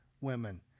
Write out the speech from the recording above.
women